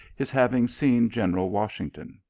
his having seen general washington.